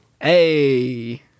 Hey